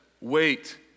wait